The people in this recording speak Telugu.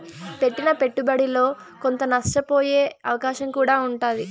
పెట్టిన పెట్టుబడిలో కొంత నష్టపోయే అవకాశం కూడా ఉంటాది